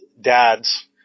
dads